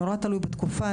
נורא תלוי בתקופה,